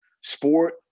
sport